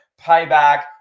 Payback